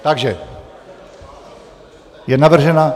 Takže je navržena...